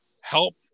help